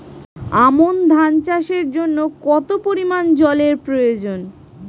আমন ধান চাষের জন্য কত পরিমান জল এর প্রয়োজন?